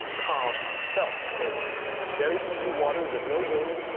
calm, belt, it's very easy waters, there's no wind,